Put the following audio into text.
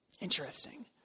Interesting